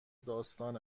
داستان